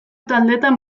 taldetan